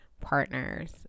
partners